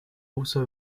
also